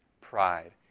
pride